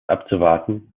abzuwarten